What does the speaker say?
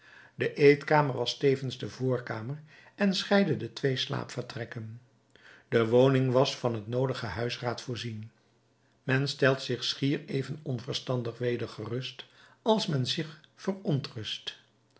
de eetkamer was tevens de voorkamer en scheidde de twee slaapvertrekken de woning was van het noodige huisraad voorzien men stelt zich schier even onverstandig weder gerust als men zich verontrust